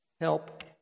Help